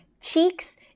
cheeks